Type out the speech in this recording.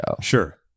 Sure